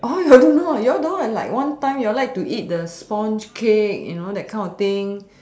oh you all don't know ah you all don't have like one time you all like to eat the sponge cake you know that kind of thing